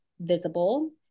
visible